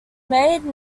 made